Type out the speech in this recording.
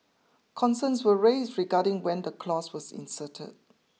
concerns were raised regarding when the clause was inserted